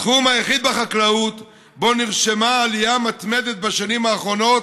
התחום היחיד בחקלאות שבו נרשמה עלייה מתמדת בשנים האחרונות,